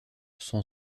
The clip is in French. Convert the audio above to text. son